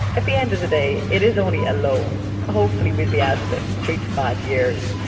at the end of the day, it is only a loan. hopefully be be out of it in three to five years,